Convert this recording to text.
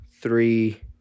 three